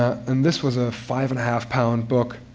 and this was a five-and-a-half pound book,